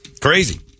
Crazy